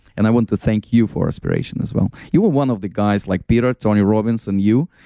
and i want to thank you for inspiration as well. you were one of the guys like peter, tony robbins, and you,